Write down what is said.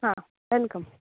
हां वॅलकम